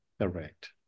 Correct